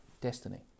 destiny